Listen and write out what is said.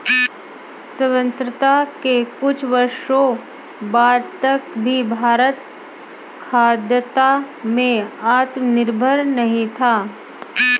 स्वतंत्रता के कुछ वर्षों बाद तक भी भारत खाद्यान्न में आत्मनिर्भर नहीं था